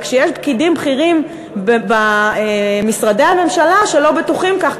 רק שיש פקידים בכירים במשרדי הממשלה שלא בטוחים כך,